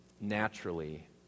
naturally